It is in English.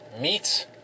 Meats